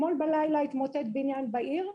נוסף אתמול בלילה, התמוטט בניין בעיר,